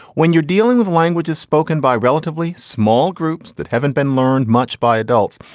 when you're dealing with languages spoken by relatively small groups that haven't been learned much by adults,